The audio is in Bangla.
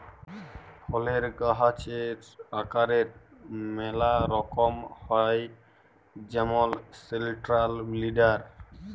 ফলের গাহাচের আকারের ম্যালা রকম হ্যয় যেমল সেলট্রাল লিডার